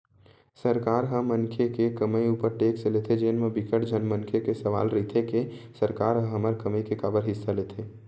सरकार ह मनखे के कमई उपर टेक्स लेथे जेन म बिकट झन मनखे के सवाल रहिथे के सरकार ह हमर कमई के काबर हिस्सा लेथे